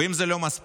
ואם זה לא מספיק,